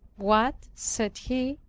what, said he,